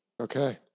okay